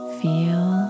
feel